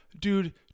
dude